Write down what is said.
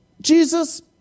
Jesus